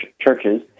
churches